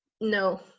No